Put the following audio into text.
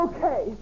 Okay